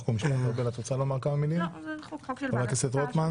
של חבר הכנסת גלעד קריב.